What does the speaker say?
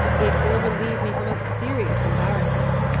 it will relieve me from a serious embarrassment.